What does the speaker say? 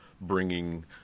bringing